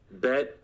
Bet